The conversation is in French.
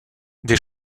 des